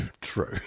True